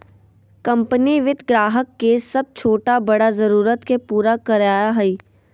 company वित्त ग्राहक के सब छोटा बड़ा जरुरत के पूरा करय हइ